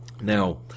Now